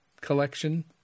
collection